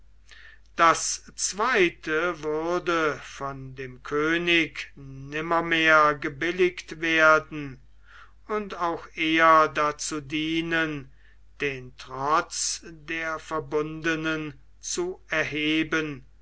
das zweite würde von dem könig nimmermehr gebilligt werden und auch eher dazu dienen den trotz der verbundenen zu erheben